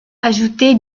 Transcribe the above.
ajouter